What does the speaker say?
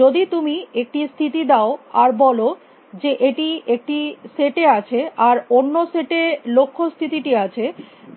যদি তুমি একটি স্থিতি দাও আর বলো যে এটি একটি সেট এ আছে আর অন্য সেট এ লক্ষ্য স্থিতিটি আছে